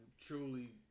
truly